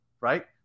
right